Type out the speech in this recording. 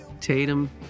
Tatum